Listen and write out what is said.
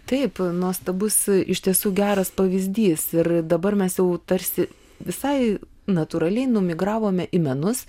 taip nuostabus iš tiesų geras pavyzdys ir dabar mes jau tarsi visai natūraliai numigravome į menus